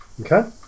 Okay